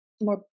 more